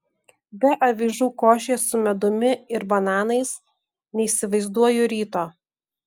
be avižų košės su medumi ir bananais neįsivaizduoju ryto